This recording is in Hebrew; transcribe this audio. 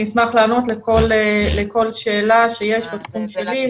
אני אשמח לענות לכל שאלה שיש בתחום הזה.